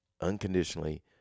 unconditionally